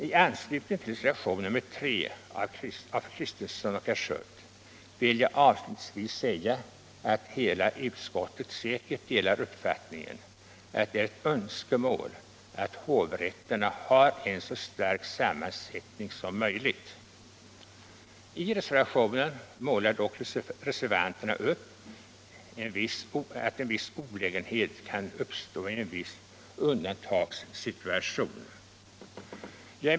I anslutning till reservationen 3 av fru Kristensson och herr Schött vill jag säga att hela utskottet säkert delar uppfattningen att det är ett önskemål att hovrätterna har en så stark sammansättning som möjligt. I reservationen målar dock reservanterna upp en viss olägenhet som kan uppstå i en undantagssituation.